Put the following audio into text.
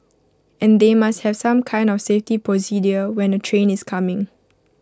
and they must have some kind of safety procedure when A train is coming